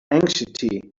anxiety